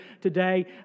today